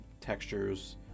textures